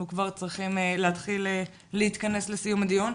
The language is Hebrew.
כבר צריכים להתחיל להתכנס לסיום הדיון.